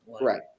Right